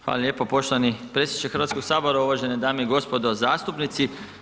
Hvala lijepo poštovani predsjedniče Hrvatskog sabora, uvažene dame i gospodo zastupnici.